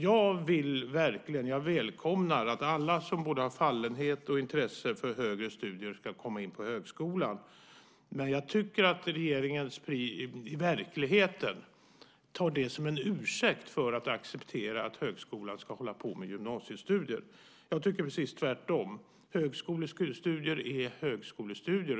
Jag välkomnar att alla som har fallenhet och intresse för studier ska komma in på högskolan, men jag tycker att regeringen i verkligheten tar det som en ursäkt för att acceptera att högskolan ska hålla på med gymnasiestudier. Jag tycker precis tvärtom. Högskolestudier är högskolestudier.